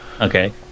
okay